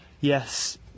yes